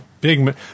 big